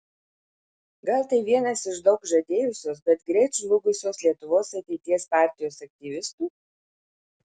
gal tai vienas iš daug žadėjusios bet greit žlugusios lietuvos ateities partijos aktyvistų